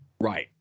Right